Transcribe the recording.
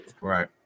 Right